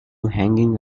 hanging